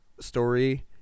story